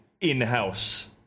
in-house